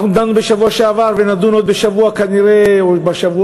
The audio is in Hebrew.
אנחנו דנו בשבוע שעבר וכנראה נדון בשבועות